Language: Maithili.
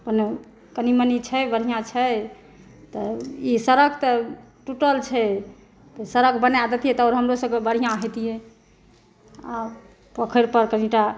ओने कनी मनी छै बढ़िऑं छै तऽ ई सड़क तऽ टूटल छै तऽ सड़क बनाए दैतियै तऽ आओर हमरो सबकेँ बढ़िऑं हैतियै आ पोखरि पर कनीटा